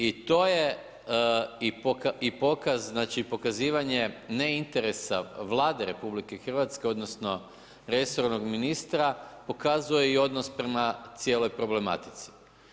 I to je i pokaz, znači i pokazivanje ne interesa Vlade RH odnosno resornog ministra, pokazuje i odnos prema cijeloj problematici.